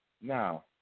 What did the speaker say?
Now